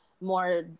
more